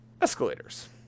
escalators